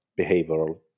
behavioral